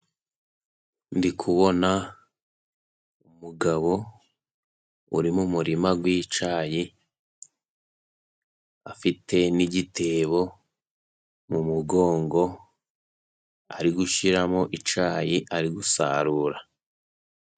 Ndikubona umugabo umuririma wicyayi, afite n'igitebo mu mugongo ari gushiramo icyayi ari gusarura.